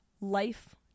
life